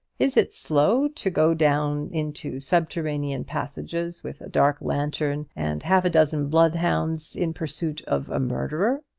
is it slow to go down into subterranean passages, with a dark lantern and half-a-dozen bloodhounds, in pursuit of a murderer?